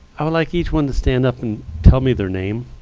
i would like each one to stand up and tell me their name.